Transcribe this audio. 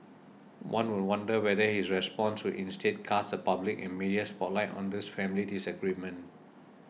one would wonder whether his response would instead cast the public and media spotlight on this family disagreement